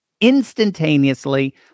instantaneously